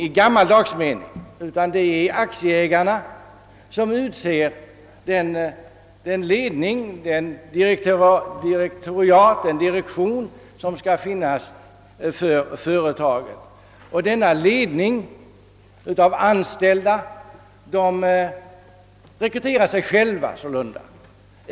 Visserligen är det aktieägare som utser den ledning, direktion, som skall finnas för företaget, men denna ledning av anställda rekryterar sig själv.